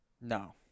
No